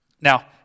Now